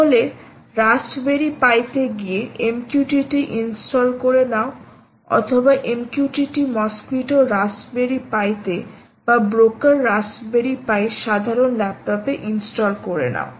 তাহলে raspberry pi তে গিয়ে MQTT ইন্সটল করে নাও অথবা MQTT মসকুইটো রাস্পবেরি পাই তে বা ব্রোকার রাস্পবেরি পাই সাধারণ ল্যাপটপে ইন্সটল করে নাও